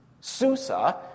Susa